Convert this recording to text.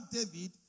David